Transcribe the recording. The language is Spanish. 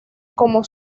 como